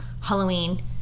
Halloween